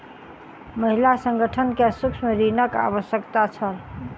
महिला संगठन के सूक्ष्म ऋणक आवश्यकता छल